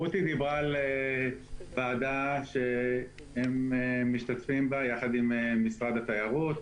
רותי דיברה על ועדה שהם משתתפים בה יחד עם משרד התיירות,